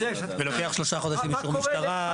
ולוקח שלושה חודשים אישור משטרה,